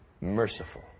merciful